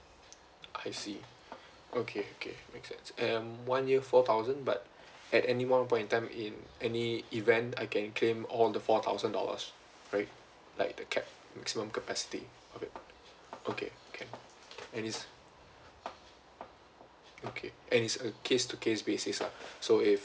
I see okay okay makes sense and one year four thousand but at any one point in time in any event I can claim all the four thousand dollars right like the cap maximum capacity of it okay okay and it's okay and it's a case to case basis uh so if